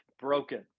broken